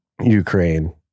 Ukraine